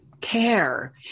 care